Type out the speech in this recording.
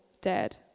dead